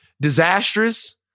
disastrous